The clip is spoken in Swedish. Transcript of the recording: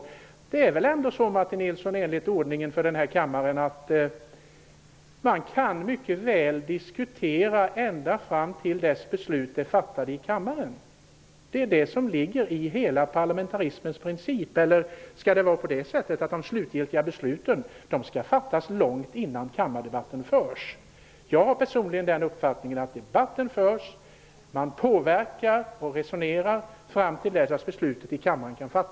Men det är väl ändå så, Martin Olsson, att man enligt ordningen för denna kammare mycket väl kan diskutera ända fram till dess att beslut fattats i kammaren. Detta är parlamentarisk princip. Eller skall det vara på det sättet att de slutgiltiga besluten skall fattas långt innan kammardebatten förs? Personligen har jag den uppfattningen att debatt förs och att man påverkar och resonerar fram till dess att beslut kan fattas i kammaren.